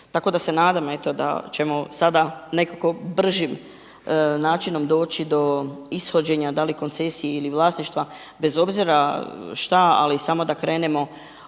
Tako da se nadam eto da ćemo sada nekako bržim načinom doći do ishođenja da li koncesije ili vlasništva bez obzira šta ali samo da krenemo